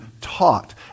taught